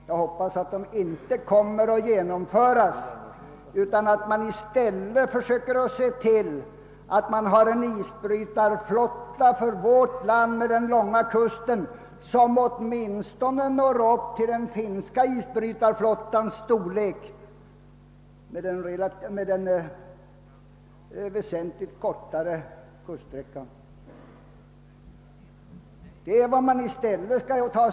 Jag hoppas att de inte kommer att genomföras, utan att man i stället försöker se till att det finns en isbrytarflotta för vårt land med dess långa kust som åtminstone når upp till den finska isbrytarflottans storlek — och då har Finland ändå väsentligt kortare kuststräcka.